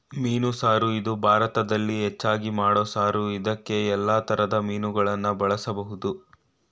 ಮೀನು ಸಾರು ಇದು ಭಾರತದಲ್ಲಿ ಹೆಚ್ಚಾಗಿ ಮಾಡೋ ಸಾರು ಇದ್ಕೇ ಯಲ್ಲಾ ತರದ್ ಮೀನುಗಳನ್ನ ಬಳುಸ್ಬೋದು